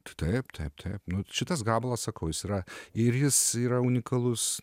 tu taip taip taip nu šitas gabalas sakau jis yra ir jis yra unikalus